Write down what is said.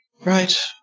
Right